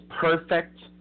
perfect